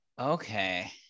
okay